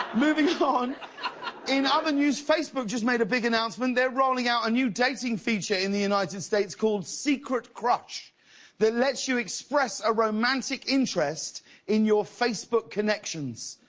moving on in other news, facebook just made a big announcement. they rerolling out a new dating feature in the united states called secret crush that lets you express a romantic interest in your facebook connection.